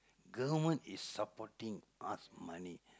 government is supporting us money